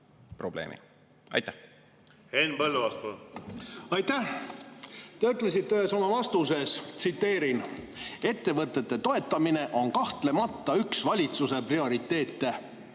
Aitäh! Te ütlesite ühes oma vastuses, et ettevõtete toetamine on kahtlemata üks valitsuse prioriteete.